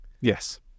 yes